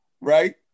right